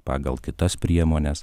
pagal kitas priemones